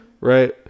right